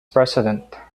president